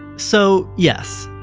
so, yes,